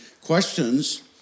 questions